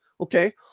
okay